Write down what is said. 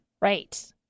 Right